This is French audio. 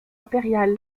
impériale